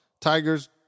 Tigers